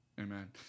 amen